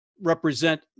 represent